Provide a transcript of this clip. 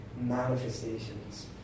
manifestations